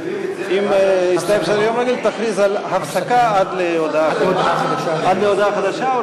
אם הסתיים סדר-היום תכריז על הפסקה עד להודעה חדשה.